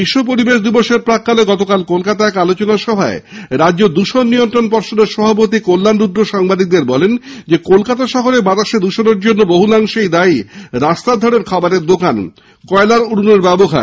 বিশ্ব পরিবেশ দিবসের প্রাক্কালে কলকাতায় গতকাল এক আলোচনায় রাজ্য দূষণ নিয়ন্ত্রণ পর্ষদের সভাপতি কল্যআণ রুদ্র সাংবাদিকদের বলেন কলকাতা শহরে বাতাসে দৃষণের জন্য বহুলাংশে দায়ী রাস্তার ধারের খাবারের দোকানে কয়লার উনুনের ব্যবহার